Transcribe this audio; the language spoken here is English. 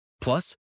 Plus